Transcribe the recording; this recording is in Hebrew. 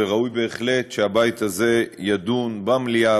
וראוי בהחלט שהבית הזה ידון במליאה